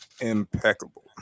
Impeccable